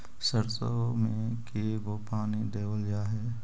सरसों में के गो पानी देबल जा है?